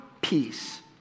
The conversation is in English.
peace